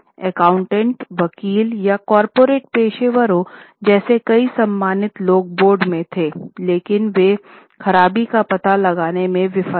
accountant वकील या corporate पेशेवरों जैसे कई सम्मानित लोग बोर्ड में थे लेकिन वे खराबी का पता लगाने में विफल रहे